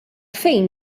fejn